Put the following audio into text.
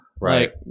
right